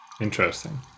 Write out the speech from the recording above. Interesting